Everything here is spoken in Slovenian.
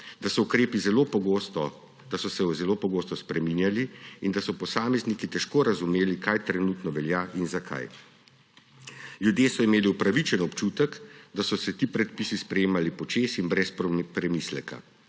da so se ukrepi zelo pogosto spreminjali in da so posamezniki težko razumeli, kaj trenutno velja in zakaj. Ljudje so imeli upravičen občutek, da so se ti predpisi sprejemali počez in brez premisleka,